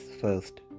first